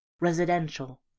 Residential